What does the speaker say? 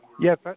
Yes